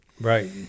Right